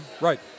Right